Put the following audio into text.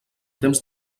temps